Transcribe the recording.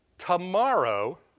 Tomorrow